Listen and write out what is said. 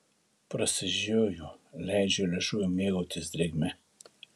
prasižioju leidžiu liežuviui mėgautis drėgme